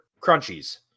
Crunchies